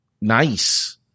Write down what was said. nice